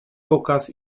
pokaz